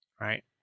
right